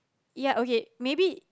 ya okay maybe